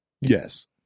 Yes